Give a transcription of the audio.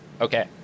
Okay